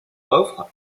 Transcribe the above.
offrent